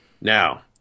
Now